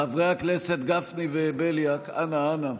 חברי הכנסת גפני ובליאק, אנא, אנא.